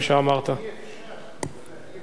אי-אפשר.